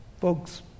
Folks